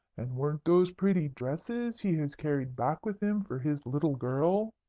and weren't those pretty dresses he has carried back with him for his little girl?